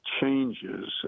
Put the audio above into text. changes